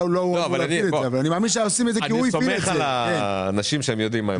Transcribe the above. בודקים את הנסיבות.